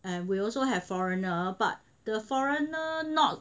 and we also have foreigner but the foreigner not